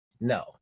No